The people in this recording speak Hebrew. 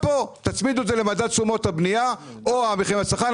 תצמידו את זה למדד תשומות הבנייה או למדד המחירים לצרכן,